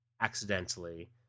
accidentally